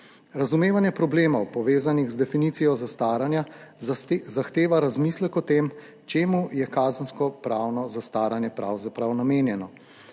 Razumevanje problemov, povezanih z definicijo zastaranja, zahteva razmislek o tem, čemu je kazenskopravno zastaranje pravzaprav namenjeno.